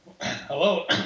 Hello